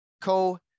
co